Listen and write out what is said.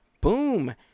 boom